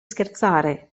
scherzare